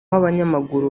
abanyamaguru